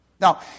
Now